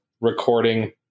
recording